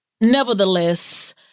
Nevertheless